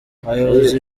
abayobozi